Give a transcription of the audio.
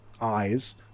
eyes